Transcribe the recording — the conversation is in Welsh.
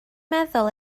meddwl